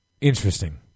interesting